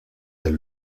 del